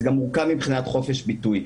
זה גם מורכב מבחינת חופש הביטוי.